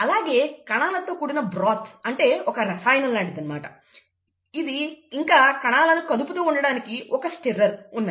అలాగే కణాలతో కూడిన బ్రాత్ అంటే ఒక రసాయనంలాంటిది ఇంకా కణాలను కదుపుతూ ఉండడానికి ఒక స్టిర్రర్ ఉన్నాయి